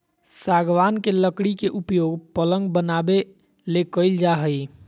सागवान के लकड़ी के उपयोग पलंग बनाबे ले कईल जा हइ